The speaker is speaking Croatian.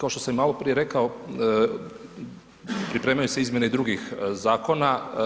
Kao što sam maloprije rekao, pripremaju se izmjene i drugih zakona.